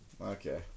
Okay